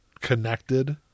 connected